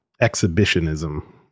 exhibitionism